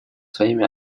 своими